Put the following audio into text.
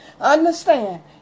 Understand